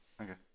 Okay